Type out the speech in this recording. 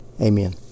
Amen